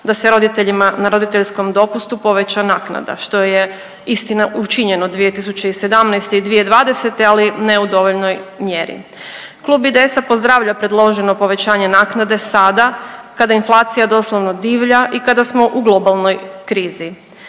da se roditeljima na roditeljskom dopustu poveća naknada što je istina učinjeno 2017. i 2020., ali ne u dovoljnoj mjeri. Klub IDS-a pozdravlja predloženo povećanje naknade sada kada inflacija doslovno divlja i kada smo u globalnoj krizi